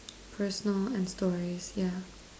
personal and stories yeah